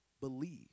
believe